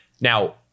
Now